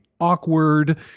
awkward